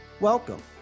Welcome